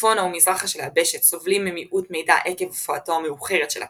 צפונה ומזרחה של היבשת סובלים ממיעוט מידע עקב הופעתו המאוחרת של הכתב,